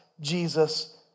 Jesus